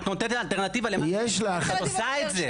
את עושה את זה גם ככה.